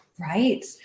Right